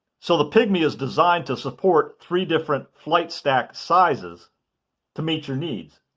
so the pygmy is designed to support three different flight stack sizes to meet your needs.